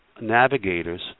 navigators